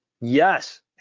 yes